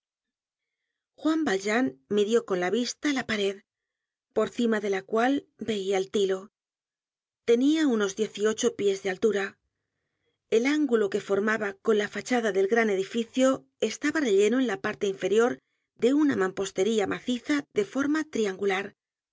juan valjean midió con la vista la pared por cima de la cual veia el tilo tenia unos diez y ocho pies de altura el ángulo que formaba con la fachada del gran edificio estaba relleno en la parte inferior de una manipostería maciza de forma triangular